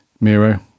Miro